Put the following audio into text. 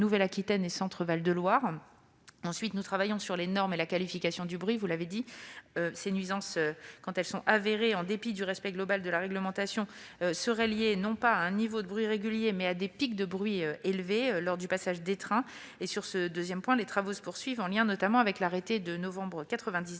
Nouvelle-Aquitaine et Centre-Val de Loire. Ensuite, nous travaillons sur les normes et la qualification du bruit. Quand ces nuisances sont avérées, en dépit du respect global de la réglementation, elles seraient liées non pas à un niveau de bruit régulier, mais à des pics de bruit élevé lors du passage des trains. Sur ce deuxième point, les travaux se poursuivent, en lien notamment avec l'arrêté du 8 novembre 1999